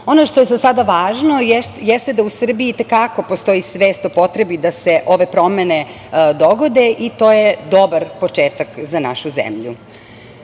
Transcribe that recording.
što je za sada važno jeste da u Srbiji itekako postoji svest o potrebi da se ove promene dogode i to je dobar početak za našu zemlju. Još